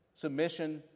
submission